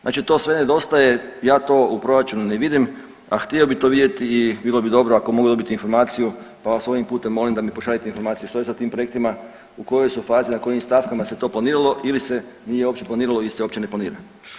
Znači to sve nedostaje, ja to u proračunu ne vidim, a htio bi to vidjeti i bilo bi dobro ako mogu dobiti informaciju pa vas ovim putem molim da mi pošaljete informacije što je sa tim projektima, u kojoj su fazi, na kojim stavkama se to planiralo ili se nije uopće planiralo ili se uopće ne planira.